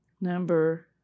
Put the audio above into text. number